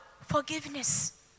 forgiveness